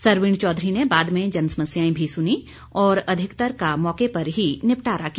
सरवीण चौधरी ने बाद में जनसमस्याएं भी सुनी और अधिकतर का मौके पर ही निपटारा किया